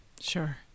Sure